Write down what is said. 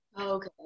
okay